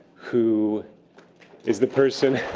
who is the person.